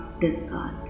discard